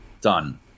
Done